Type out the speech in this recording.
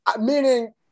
Meaning